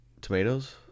Tomatoes